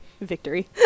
Victory